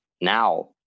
now